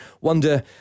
wonder